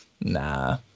nah